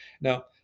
Now